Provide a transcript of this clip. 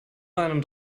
einem